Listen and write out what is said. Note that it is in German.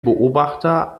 beobachter